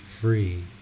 free